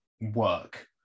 work